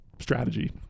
strategy